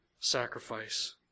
sacrifice